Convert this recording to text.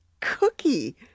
cookie